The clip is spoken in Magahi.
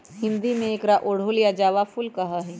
हिंदी में एकरा अड़हुल या जावा फुल कहा ही